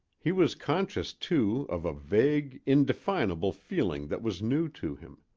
he was conscious, too, of a vague, indefinable feeling that was new to him.